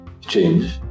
change